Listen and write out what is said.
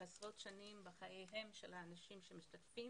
עשרות שנים בחייהם של האנשים שמשתתפים.